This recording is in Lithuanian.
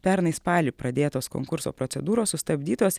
pernai spalį pradėtos konkurso procedūros sustabdytos